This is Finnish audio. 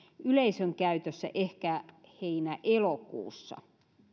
yleisön käytössä ehkä heinä elokuussa